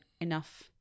enough